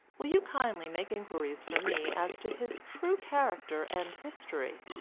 will you kindly make inquiries for me as to his true character and history?